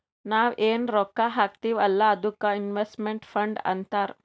ನಾವ್ ಎನ್ ರೊಕ್ಕಾ ಹಾಕ್ತೀವ್ ಅಲ್ಲಾ ಅದ್ದುಕ್ ಇನ್ವೆಸ್ಟ್ಮೆಂಟ್ ಫಂಡ್ ಅಂತಾರ್